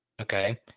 okay